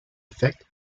effect